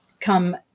come